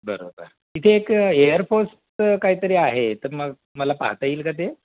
बरोबर इथे एक एअरपोर्स्ट काहीतरी आहे तर मग मला पाहता येईल का ते